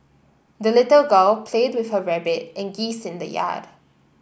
the little girl played with her rabbit and geese in the yard